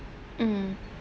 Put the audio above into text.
mm